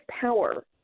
power